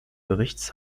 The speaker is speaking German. berichts